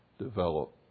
develop